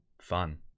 fun